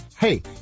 Hey